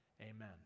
Amen